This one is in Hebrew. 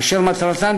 אשר מטרתן,